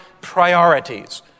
priorities